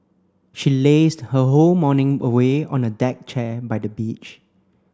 she lazed her whole morning away on a deck chair by the beach